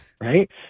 right